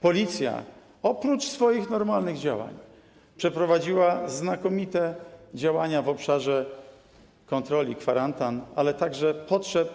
Policja oprócz swoich normalnych działań przeprowadziła znakomite działania w obszarze kontroli kwarantann, ale także zaspokajania potrzeb,